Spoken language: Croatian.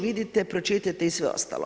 Vidite, pročitajte i sve ostalo.